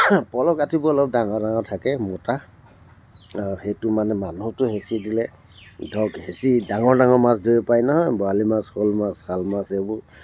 পল কাঠিবোৰ অলপ ডাঙৰ ডাঙৰ থাকে মোটা আৰু সেইটো মানে মানুহটো হেঁচি দিলে ধৰক হেঁচি ডাঙৰ ডাঙৰ মাছ ধৰিব পাৰি নহয় বৰালি মাছ শ'ল মাছ শাল মাছ এইবোৰ